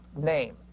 name